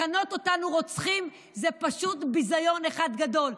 לכנות אותנו רוצחים זה פשוט ביזיון אחד גדול.